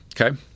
Okay